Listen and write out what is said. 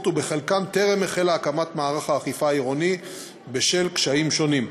ובחלקן טרם החלה הקמת מערך האכיפה העירוני בשל קשיים שונים.